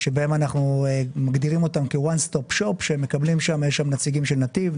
שאנחנו מגדירים אותן כ- one stop shop"" שיש בהן נציגים של נתיב,